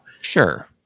Sure